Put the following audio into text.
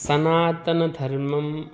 सनातनधर्मं